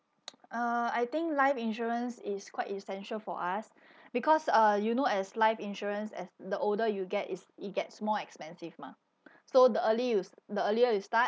uh I think life insurance is quite essential for us because uh you know as life insurance as the older you get it's it gets more expensive mah so the early you s~ the earlier you start